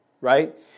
right